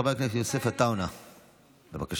חבר הכנסת יוסף עטאונה, בבקשה.